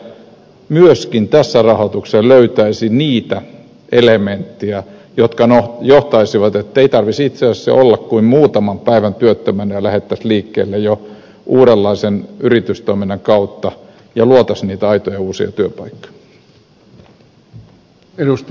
minä toivoisin että myöskin tässä rahoitukseen löytyisi niitä elementtejä jotka no johtaisivat siihen ettei tarvitse itse asiassa olla kuin muutaman päivän työttömänä ja lähdettäisiin liikkeelle jo uudenlaisen yritystoiminnan kautta ja luotaisiin niitä aitoja uusia työpaikkoja